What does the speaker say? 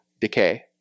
decay